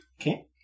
Okay